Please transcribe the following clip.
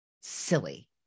silly